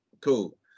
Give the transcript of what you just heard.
Cool